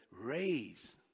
raise